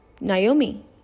Naomi